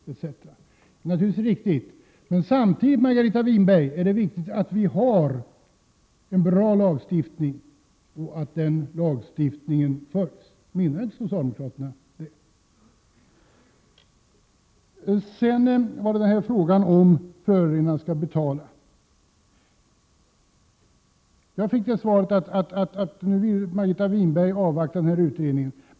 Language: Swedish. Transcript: Det är naturligtvis riktigt, men samtidigt, Margareta Winberg, är det viktigt att vi har en bra lagstiftning och Prot. 1987/88:134 att den lagstiftningen följs. Menar inte socialdemokraterna det? 6 juni 1988 Så kommer jag till frågan om att förorenarna skall betala. Jag fick svaret att Margareta Winberg vill avvakta utredningen.